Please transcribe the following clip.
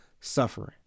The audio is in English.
suffering